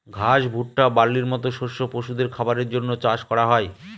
ঘাস, ভুট্টা, বার্লির মতো শস্য পশুদের খাবারের জন্য চাষ করা হোক